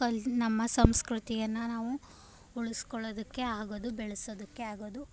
ಕಲೆ ನಮ್ಮ ಸಂಸ್ಕೃತಿಯನ್ನು ನಾವು ಉಳಿಸಿಕೊಳ್ಳೋದಕ್ಕೆ ಆಗೋದು ಬೆಳೆಸೋದಕ್ಕೆ ಆಗೋದು